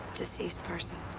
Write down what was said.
deceased person?